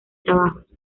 trabajos